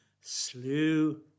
slew